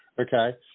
Okay